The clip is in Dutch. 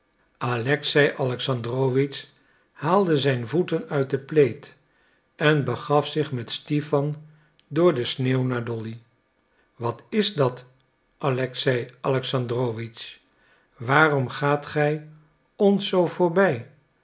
alexei alexandrowitsch haalde zijn voeten uit den plaid en begaf zich met stipan door de sneeuw naar dolly wat is dat alexei alexandrowitsch waarom gaat gij ons zoo voorbij